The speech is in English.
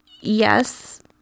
yes